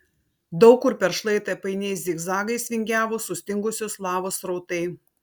daug kur per šlaitą painiais zigzagais vingiavo sustingusios lavos srautai